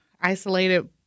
isolated